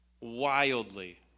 wildly